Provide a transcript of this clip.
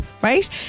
Right